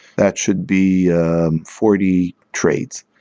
that should be forty trades.